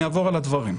אני אעבור על הדברים.